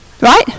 Right